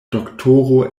doktoro